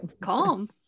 Calm